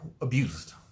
abused